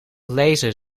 lezen